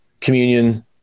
communion